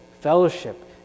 fellowship